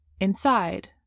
Inside